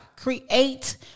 create